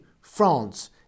France